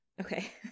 Okay